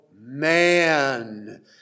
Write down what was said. man